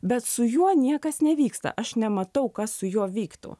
bet su juo niekas nevyksta aš nematau kas su juo vyktų